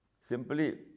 simply